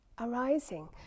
arising